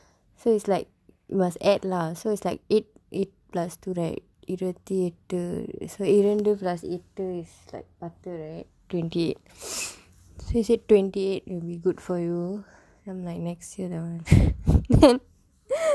so it's like you must add lah so it's like eight eight plus two right இருவத்தி எட்டு:iruvaththi etdu so இரண்டு:irandu plus எட்டு:etdu plus பத்து:paththu right twenty eight so he said twenty eight will be good for you I'm like next year that [one]